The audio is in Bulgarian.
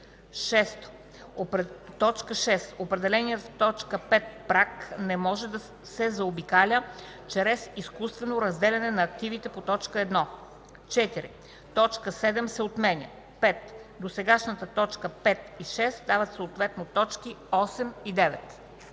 6. определеният в т. 5 праг не може да се заобикаля чрез изкуствено разделяне на активите по т. 1.” 4. Точка 7 се отменя. 5. Досегашните т. 5 и 6 стават съответно т. 8 и 9.”